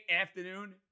afternoon